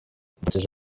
ndungutse